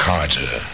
Carter